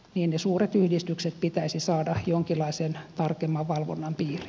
ne suuret yhdistykset pitäisi saada jonkinlaisen tarkemman valvonnan piiriin